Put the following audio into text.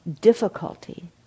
difficulty